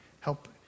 help